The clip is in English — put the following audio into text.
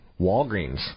Walgreens